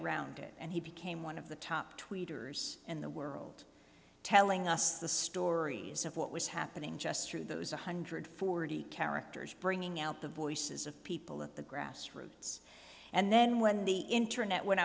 around it and he became one of the top tweeters in the world telling us the stories of what was happening just through those one hundred forty characters bringing out the voices of people at the grassroots and then when the internet when